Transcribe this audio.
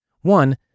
One